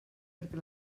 perquè